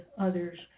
others